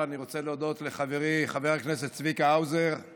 ואני רוצה להביא את המבט האילתי